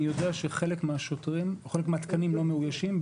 אני יודע שחלק מהתקנים לא מאוישים,